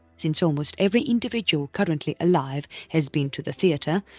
since almost every individual currently alive has been to the theatre,